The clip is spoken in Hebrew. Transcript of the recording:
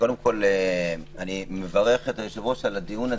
קודם כול אני מברך את היושב-ראש על הדיון,